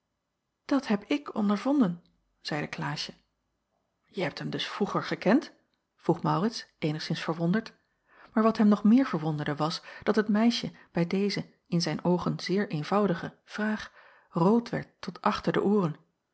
dat heb ik ondervonden zeide klaasje je hebt hem dus vroeger gekend vroeg maurits eenigszins verwonderd maar wat hem nog meer verwonderde was dat het meisje bij deze in zijn oogen zeer eenvoudige vraag rood werd tot achter de ooren